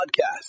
Podcast